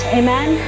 amen